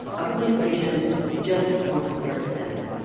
a police station just north of ferguson.